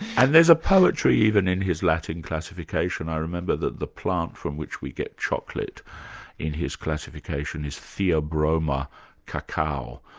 and there's a poetry even in his latin classification. i remember that the plant from which we get chocolate in his classification is theobroma cacao,